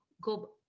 go